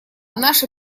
наша